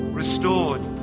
restored